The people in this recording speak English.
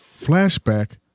flashback